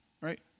right